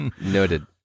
Noted